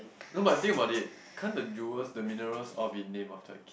no but think about it can't the jewels the minerals all be name after a kid